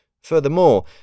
Furthermore